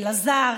אלעזר,